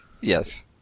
Yes